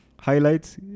highlights